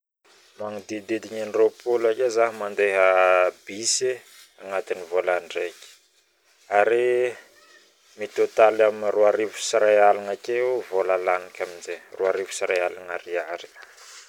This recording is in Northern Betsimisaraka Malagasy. Magnodidigny indroapolo ake zah mandeh bus agnatiny volandraiky ary mitotaly am 12000AR akeo vola laniny aminjegny